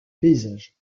paysages